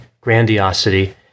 grandiosity